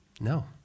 No